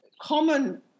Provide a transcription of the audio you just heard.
common